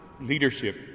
leadership